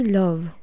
love